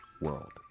world